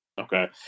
Okay